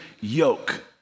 yoke